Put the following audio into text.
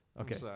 Okay